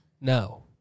No